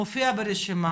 הוא מופיע ברשימה,